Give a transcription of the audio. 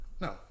No